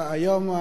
היום,